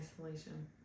Isolation